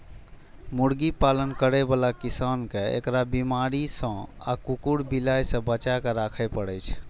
मुर्गी पालन करै बला किसान कें एकरा बीमारी सं आ कुकुर, बिलाय सं बचाके राखै पड़ै छै